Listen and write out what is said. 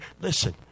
Listen